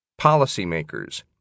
policymakers